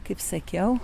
kaip sakiau